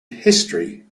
history